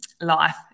life